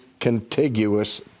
contiguous